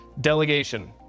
Delegation